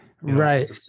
Right